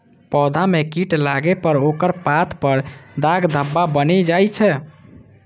पौधा मे कीट लागै पर ओकर पात पर दाग धब्बा बनि जाइ छै